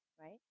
right